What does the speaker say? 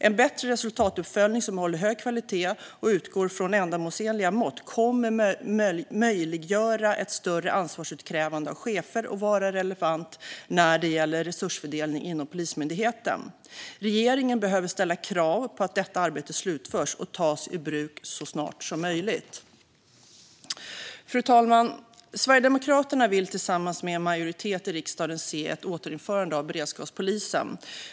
En bättre resultatuppföljning som håller hög kvalitet och utgår från ändamålsenliga mått kommer att möjliggöra ett större ansvarsutkrävande av chefer och vara relevant när det gäller resursfördelning inom Polismyndigheten. Regeringen behöver ställa krav på att detta arbete slutförs och tas i bruk så snart som möjligt. Fru talman! Sverigedemokraterna vill tillsammans med en majoritet i riksdagen se ett återinförande av beredskapspolisen.